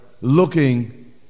looking